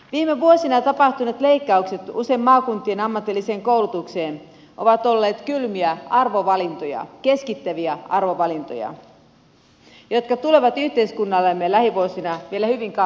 viime vuosina tapahtuneet leikkaukset usein maakuntien ammatilliseen koulutukseen ovat olleet kylmiä arvovalintoja keskittäviä arvovalintoja jotka tulevat yhteiskunnallemme lähivuosina vielä hyvin kalliiksi